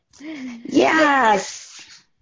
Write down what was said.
Yes